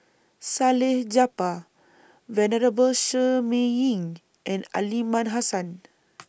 Salleh Japar Venerable Shi Ming Yi and Aliman Hassan